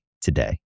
today